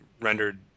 rendered